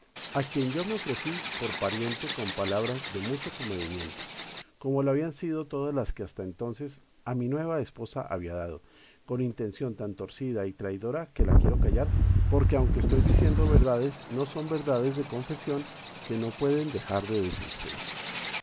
a quien yo me ofrecí por pariente con palabras de mucho comedimiento como lo habían sido todas las que hasta enton ces a mi nueva esposa había dado con intención tan torcida y traidora que la quiero callar porque aunque estoy diciendo verdades no son verdades de confesión que no pueden dejar de decirse